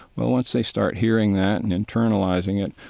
well, once they start hearing that and internalizing it,